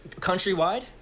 Countrywide